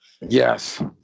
Yes